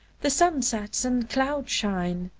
the sunsets and cloud-shine!